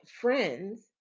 friends